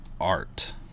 Art